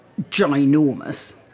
ginormous